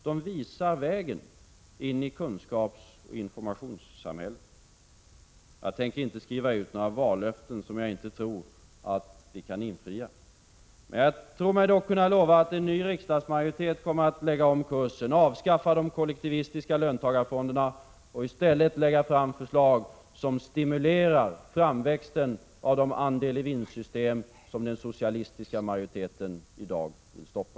De visar vägen in i kunskapsoch informationssamhället. Jag tänker inte skriva ut vallöften som jag inte tror att vi kan infria. Jag tror mig dock kunna lova att en ny riksdagsmajoritet kommer att lägga om kursen, avskaffa de kollektivistiska löntagarfonderna och i stället lägga fram förslag som stimulerar framväxten av de andel-i-vinst-system som den socialistiska majoriteten i dag vill stoppa.